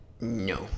No